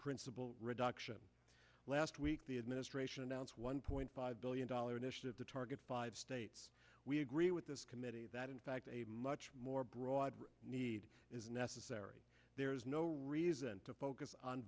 principal reduction last week the administration announced one point five billion dollar initiative to target five states we agree with this committee that in fact a much more broad need is necessary there is no reason to focus on